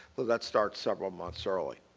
that starts several months early